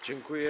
Dziękuję.